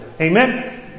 Amen